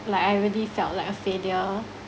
like I really felt like a failure